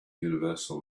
universal